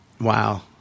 Wow